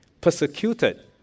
persecuted